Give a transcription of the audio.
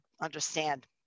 understand